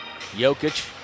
Jokic